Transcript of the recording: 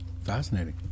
Fascinating